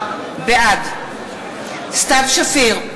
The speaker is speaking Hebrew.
בעד סתיו שפיר,